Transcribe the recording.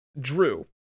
Drew